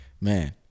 man